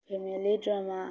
family drama